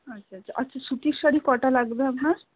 আচ্ছা আচ্ছা আচ্ছা সুতির শাড়ি কটা লাগবে আপনার